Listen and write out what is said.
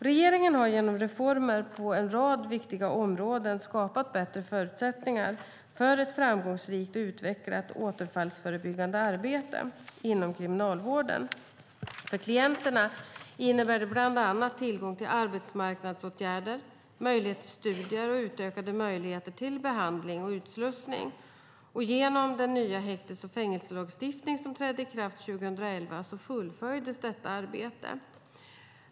Regeringen har genom reformer på en rad viktiga områden skapat bättre förutsättningar för ett framgångsrikt och utvecklat återfallsförebyggande arbete inom Kriminalvården. För klienterna innebär det bland annat tillgång till arbetsmarknadsåtgärder, möjlighet till studier och utökade möjligheter till behandling och utslussning. Genom den nya häktes och fängelselagstiftning som trädde i kraft 2011 fullföljdes detta arbete.